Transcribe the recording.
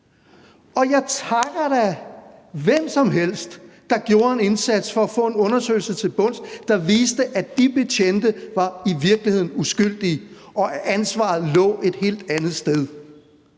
og jeg takker da hvem som helst, der gjorde en indsats for at få en undersøgelse til bunds, der viste, at de betjente i virkeligheden var uskyldige, og at ansvaret lå et helt andet sted.